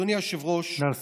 אדוני היושב-ראש, נא לסיים.